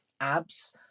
abs